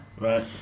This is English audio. Right